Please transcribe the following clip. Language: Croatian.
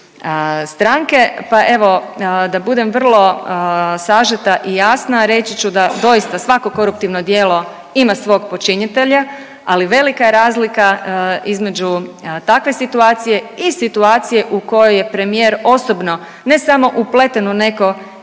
stranke, pa evo, da budem vrlo sažeta i jasna, reći ću da doista svako koruptivno djelo ima svoj počinitelja, ali velika je razlika između takve situacije i situacije u kojoj je premijer osobno ne samo upleten u neko